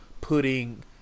putting